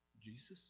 Jesus